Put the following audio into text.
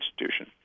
institution